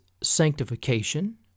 sanctification